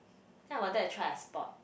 then I wanted to try a sport